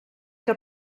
que